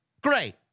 Great